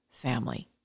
Family